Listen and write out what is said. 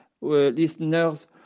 listeners